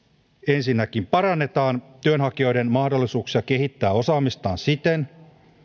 ensinnäkin parannetaan työnhakijoiden mahdollisuuksia kehittää osaamistaan siten